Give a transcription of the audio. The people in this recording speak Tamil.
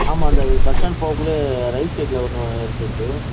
ஆமாம் அந்த பஸ் ஸ்டாண்ட் போகக்குள்ளே ரைட் சைடில் ஒன்று இருக்குது இருக்குது